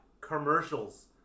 commercials